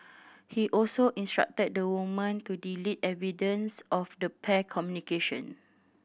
he also instructed the woman to delete evidence of the pair communication